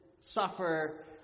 suffer